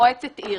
מועצת עיר.